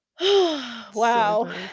Wow